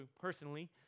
personally